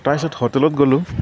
তাৰপিছত হোটেলত গ'লো